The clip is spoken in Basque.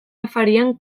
afarian